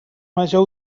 major